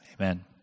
Amen